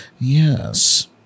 Yes